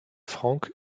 frank